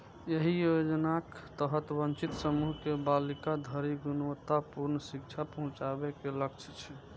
एहि योजनाक तहत वंचित समूह के बालिका धरि गुणवत्तापूर्ण शिक्षा पहुंचाबे के लक्ष्य छै